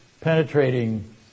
penetrating